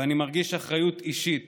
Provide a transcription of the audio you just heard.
ואני מרגיש אחריות אישית